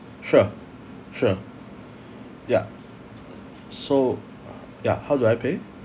sure sure yeah so yeah how do I pay